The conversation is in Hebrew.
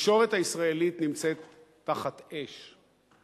התקשורת הישראלית נמצאת תחת אש.